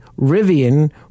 Rivian